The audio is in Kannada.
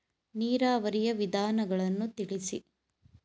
ನೀರಾವರಿಯ ವಿಧಾನಗಳನ್ನು ತಿಳಿಸಿ?